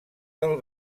del